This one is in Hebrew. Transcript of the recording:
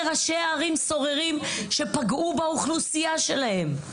ראשי ערים סוררים שפגעו באוכלוסייה שלהם,